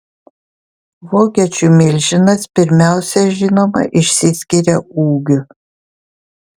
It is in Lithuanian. vokiečių milžinas pirmiausia žinoma išsiskiria ūgiu